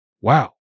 wow